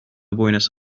بوینس